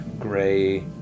gray